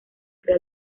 crea